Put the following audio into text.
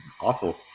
awful